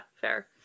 fair